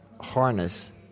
harness